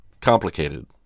complicated